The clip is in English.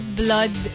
blood